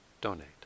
donate